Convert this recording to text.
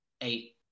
eight